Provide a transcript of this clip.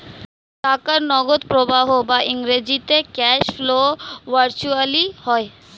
টাকার নগদ প্রবাহ বা ইংরেজিতে ক্যাশ ফ্লো ভার্চুয়ালি হয়